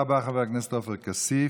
תודה רבה, חבר הכנסת עופר כסיף.